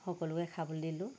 সকলোকে খাবলৈ দিলোঁ